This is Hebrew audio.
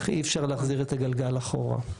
אי אפשר להחזיר את הגלגל אחורה.